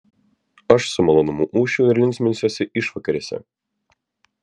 aš su malonumu ūšiu ir linksminsiuosi išvakarėse